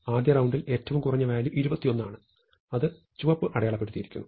ആദ്യ റൌണ്ടിൽ ഏറ്റവും കുറഞ്ഞ വാല്യൂ 21 ആണ് അത് ചുവപ്പ് അടയാളപ്പെടുത്തിയിരിക്കുന്നു